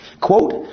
Quote